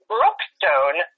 Brookstone